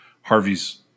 Harvey's